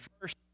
First